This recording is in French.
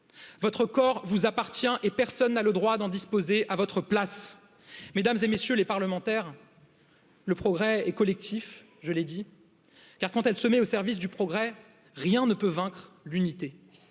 votre corps vous appartient et personne n'a le droit d'en disposer à votre place mesdames et messieurs les parlementaires le progrès est collectif dit car quand elle se met au service du progrès, rien nee peut vaincre l'unité,